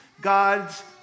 God's